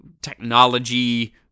technology